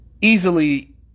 Easily